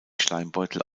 schleimbeutel